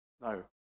No